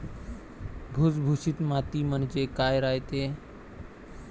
भुसभुशीत माती म्हणजे काय रायते?